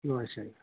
ماشاء اللہ